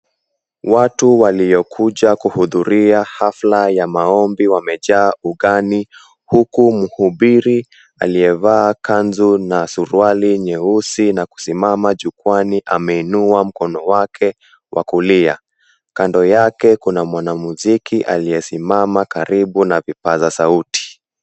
Watu waliokuja kuhudhuria hafla ya maombi wamejaa ugani huku mhubiri aliyevaa kanzu na suruali nyeusi na kusimama jukwani ameinua mkono wake wa kulia, kando yake kuna mwana muziki aliyesimama karibu na vipaza sauti.